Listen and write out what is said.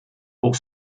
pour